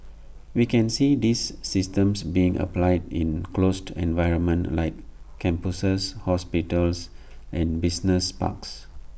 we can see these systems being applied in closed environments like campuses hospitals and business parks